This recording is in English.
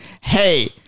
hey-